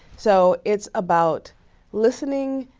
so, it's about listening,